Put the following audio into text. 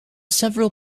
several